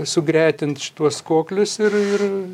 sugretint šituos koklius ir ir